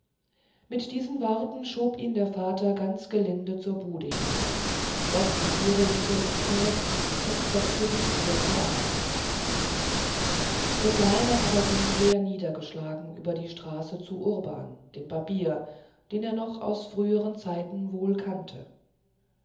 mit diesen worten schob ihn der vater ganz gelinde zur bude hinaus schloß die türe hinter ihm zu und setzte sich wieder zur arbeit der kleine aber ging sehr niedergeschlagen über die straße zu urban dem barbier den er noch aus früheren zeiten wohl kannte